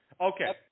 Okay